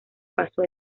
paso